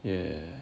ya